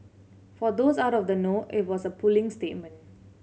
for those out of the know it was a puling statement